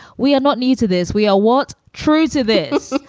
we are not new to this. we all want truth to this.